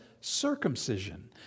circumcision